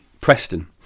Preston